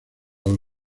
los